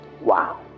Wow